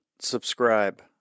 subscribe